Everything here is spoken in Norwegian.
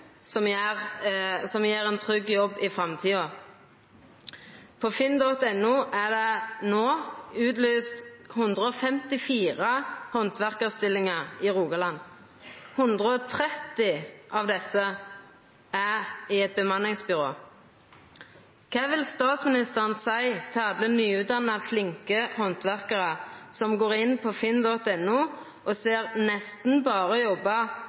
som gjev ein trygg jobb i framtida. På finn.no er det no lyst ut 154 handverkarstillingar i Rogaland. 130 av desse er i eit bemanningsbyrå. Kva vil statsministeren seia til alle nyutdanna, flinke handverkarar som går inn på finn.no og ser nesten berre